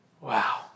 Wow